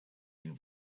been